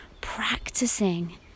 practicing